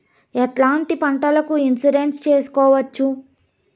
ఎట్లాంటి పంటలకు ఇన్సూరెన్సు చేసుకోవచ్చు?